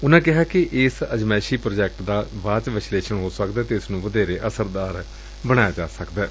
ਉਨਾਂ ਕਿਹਾ ਕਿ ਇਸ ਅਜਮਾਇਸ਼ੀ ਪ੍ਰਾਜੈਕਟ ਦਾ ਬਾਅਦ ਚ ਵਿਸਲੇਸ਼ਣ ਹੋ ਸਕਦੈ ਅਤੇ ਇਸ ਨੂੰ ਵਧੇਰੇ ਅਸਰਦਾਰ ਬਣਾਇਆ ਜਾ ਸਕਦੈ